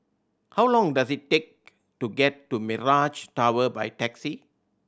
how long does it take to get to Mirage Tower by taxi